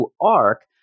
arc